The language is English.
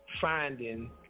finding